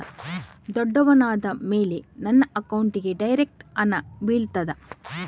ದೊಡ್ಡವನಾದ ಮೇಲೆ ನನ್ನ ಅಕೌಂಟ್ಗೆ ಡೈರೆಕ್ಟ್ ಹಣ ಬೀಳ್ತದಾ?